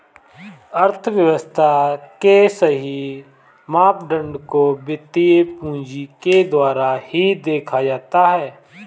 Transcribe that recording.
अर्थव्यव्स्था के सही मापदंड को वित्तीय पूंजी के द्वारा ही देखा जाता है